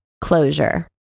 Closure